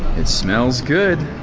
it smells good.